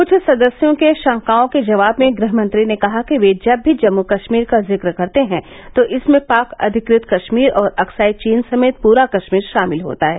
कुछ सदस्यों के शंकाओं के जवाब में गृहमंत्री ने कहा कि वे जब भी जम्मू कश्मीर का जिक्र करते हैं तो इसमें पांक अधिकृत कश्मीर और अक्साइ चीन समेत पूरा कश्मीर शामिल होता है